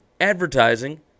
advertising